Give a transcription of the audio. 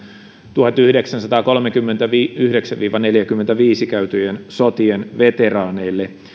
tuhatyhdeksänsataakolmekymmentäyhdeksän viiva neljäkymmentäviisi käytyjen sotien veteraaneille